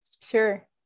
Sure